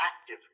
active